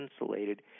insulated